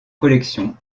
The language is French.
collection